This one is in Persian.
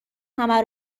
همه